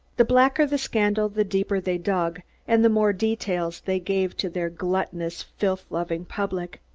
the blacker the scandal, the deeper they dug, and the more details they gave to their gluttonous, filth-loving public.